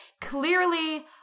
clearly